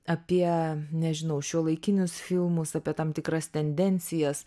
apie nežinau šiuolaikinius filmus apie tam tikras tendencijas